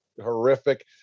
horrific